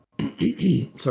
Sorry